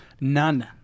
None